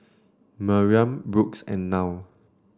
Miriam Brooks and Nile